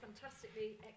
fantastically